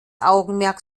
augenmerk